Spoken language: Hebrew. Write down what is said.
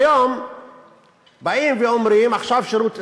כיום באים ואומרים: עכשיו שירות אזרחי.